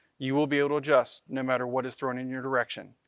you will be able to adjust no matter what is thrown in your direction.